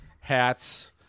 hats